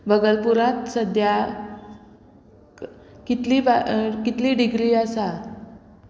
बगलपुरांत सद्या कितली बा कितली डिग्री आसा